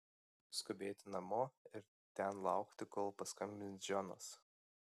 skubėti namo ir ten laukti kol paskambins džonas